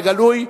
בגלוי,